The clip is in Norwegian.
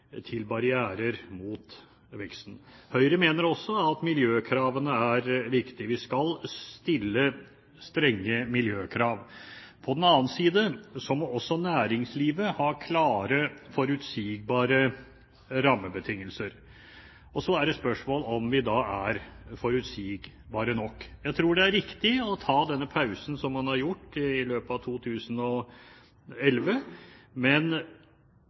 barrierer mot veksten. Høyre mener også at miljøkravene er viktige. Vi skal stille strenge miljøkrav. På den annen side må også næringslivet ha klare, forutsigbare rammebetingelser. Og så er det spørsmål om vi er forutsigbare nok. Jeg tror det er riktig å ta den pausen som man gjør i 2011. Men